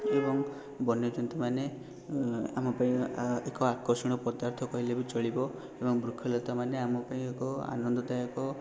ଏବଂ ବନ୍ୟଜନ୍ତୁମାନେ ଆମ ପାଇଁ ଏକ ଆକର୍ଷଣୀୟ ପଦାର୍ଥ କହିଲେ ବି ଚଳିବ ଏବଂ ବୃକ୍ଷ ଲତାମାନେ ଆମ ପାଇଁ ଏକ ଆନନ୍ଦଦାୟକ